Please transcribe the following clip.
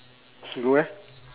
you go where